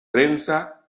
prensa